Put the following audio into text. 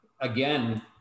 again